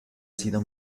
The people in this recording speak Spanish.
sido